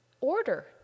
order